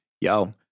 Yo